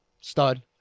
Stud